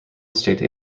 estate